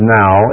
now